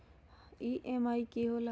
EMI की होला?